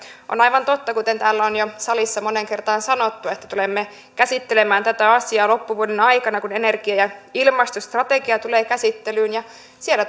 on aivan totta kuten täällä on jo salissa moneen kertaan sanottu että tulemme käsittelemään tätä asiaa loppuvuoden aikana kun energia ja ilmastostrategia tulee käsittelyyn siellä